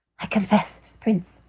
i confess, prince,